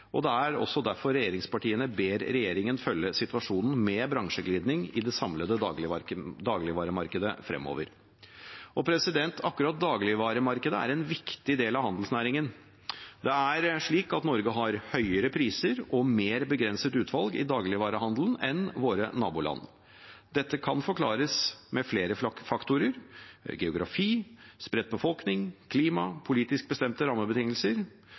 og det endrer seg kontinuerlig. Det er derfor regjeringspartiene ber regjeringen følge situasjonen fremover når det gjelder bransjeglidning i det samlede dagligvaremarkedet. Akkurat dagligvaremarkedet er en viktig del av handelsnæringen. Det er slik at Norge har høyere priser og et mer begrenset utvalg i dagligvarehandelen enn våre naboland. Dette kan forklares med flere faktorer – geografi, spredt befolkning, klima, politisk bestemte rammebetingelser.